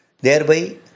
thereby